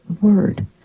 Word